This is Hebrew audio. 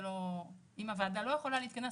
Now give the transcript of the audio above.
אם הוועדה לא יכולה להתכנס,